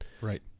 Right